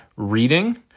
reading